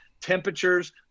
temperatures